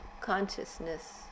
consciousness